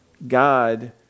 God